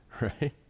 right